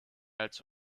als